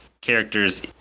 characters